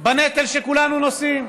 בנטל שכולנו נושאים,